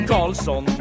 Carlson